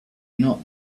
not